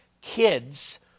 kids